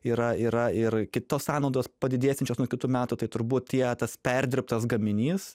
yra yra ir kitos sąnaudos padidėsiančios nuo kitų metų tai turbūt tie tas perdirbtas gaminys